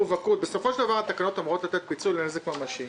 בסופו של דבר התקנות אמורות לתת פיצוי לנזק ממשי.